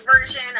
version